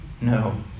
No